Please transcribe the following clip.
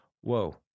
whoa